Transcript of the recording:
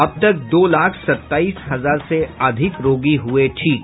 अब तक दो लाख सत्ताईस हजार से अधिक रोगी हुये ठीक